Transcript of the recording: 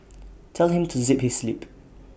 tell him to zip his lip